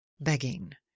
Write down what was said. begging